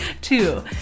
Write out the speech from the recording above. Two